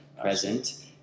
Present